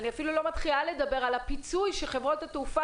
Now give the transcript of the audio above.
אני אפילו לא מתחילה לדבר על הפיצוי שחברות התעופה